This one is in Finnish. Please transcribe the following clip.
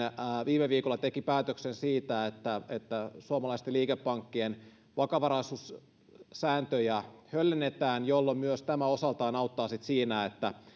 viime viikolla teki päätöksen siitä että että suomalaisten liikepankkien vakavaraisuussääntöjä höllennetään jolloin myös tämä osaltaan auttaa siinä että